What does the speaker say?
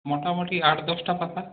মোটামুটি আট দশটা পাতা